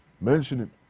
mentioning